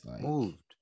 moved